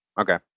Okay